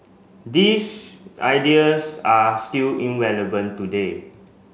these ideas are still in relevant today